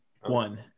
one